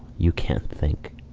you cant think.